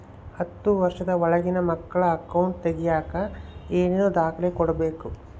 ಹತ್ತುವಷ೯ದ ಒಳಗಿನ ಮಕ್ಕಳ ಅಕೌಂಟ್ ತಗಿಯಾಕ ಏನೇನು ದಾಖಲೆ ಕೊಡಬೇಕು?